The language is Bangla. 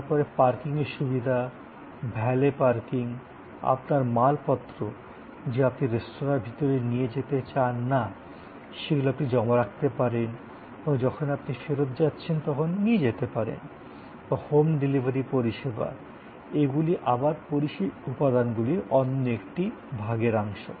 তারপরে পার্কিংয়ের সুবিধা ভ্যালেট পার্কিং আপনার মালপত্র যা আপনি রেস্তোঁরার ভিতরে নিয়ে যেতে চান না সেগুলো আপনি জমা রাখতে পারেন এবং যখন আপনি ফেরত যাচ্ছেন তখন নিয়ে যেতে পারেন বা হোম ডেলিভারি পরিষেবা এগুলি আবার পরিষেবা উপাদানগুলির অন্য একটি ভাগের অংশ